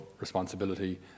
responsibility